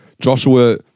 Joshua